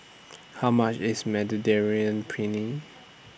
How much IS Mediterranean Penne